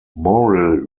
morrill